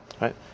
right